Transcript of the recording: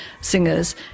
singers